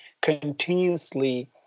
continuously